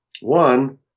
One